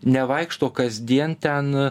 nevaikšto kasdien ten